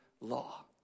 law